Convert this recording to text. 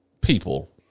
people